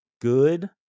good